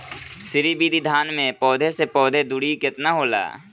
श्री विधि धान में पौधे से पौधे के दुरी केतना होला?